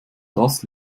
das